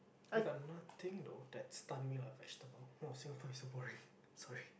I got nothing though that stunned me like vegetable !wah! Singapore is so boring sorry